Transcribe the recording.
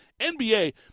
NBA